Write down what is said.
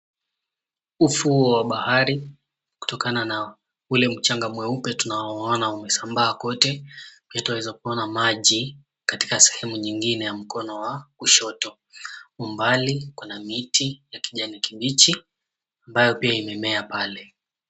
Ufuo wa bahari kutokana na ule mchanga mweupe tunao ona ume sambaa kwote. Pia twaweza kuona maji katika sehemu nyingine ya mkono wa kushoto. Umbali kuna miti ya kijani kibichi ambayo pia imemea pale.